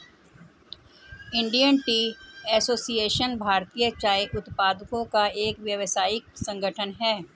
Indian Tea Association भारतीय चाय उत्पादकों का एक व्यावसायिक संगठन है